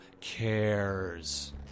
cares